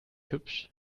hübsch